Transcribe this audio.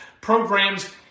programs